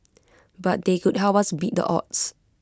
but they could help us beat the odds